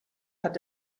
hat